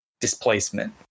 displacement